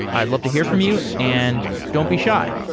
i'd love to hear from you, and don't be shy.